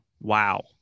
Wow